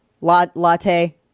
Latte